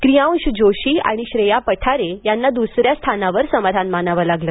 कियांश जोशी आणि श्रेया पठारे यांना दुसऱ्या स्थानावर समाधान मानावं लागलं